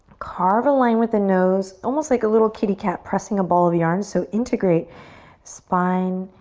carve a line with the nose almost like a little kitty cat pressing a ball of yarn. so integrate spine,